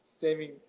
saving